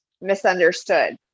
Misunderstood